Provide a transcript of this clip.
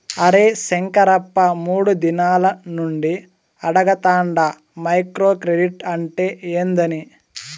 అరే శంకరప్ప, మూడు దినాల నుండి అడగతాండ మైక్రో క్రెడిట్ అంటే ఏందని